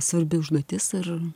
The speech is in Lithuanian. svarbi užduotis ir